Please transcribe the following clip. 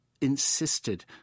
insisted